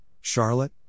Charlotte